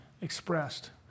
expressed